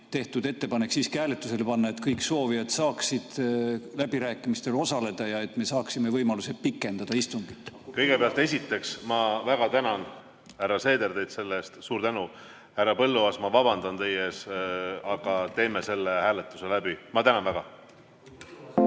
tehtud ettepanek siiski hääletusele panna, et kõik soovijad saaksid läbirääkimistel osaleda ja me saaksime võimaluse pikendada istungit. Esiteks, ma väga tänan, härra Seeder, teid selle eest. Suur tänu! Härra Põlluaas, ma vabandan teie ees. Aga teeme selle hääletuse läbi. Head